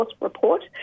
report